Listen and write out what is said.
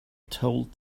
told